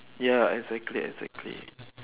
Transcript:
ya exactly exactly